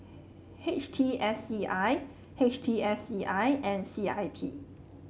H T S C I H T S C I and C I P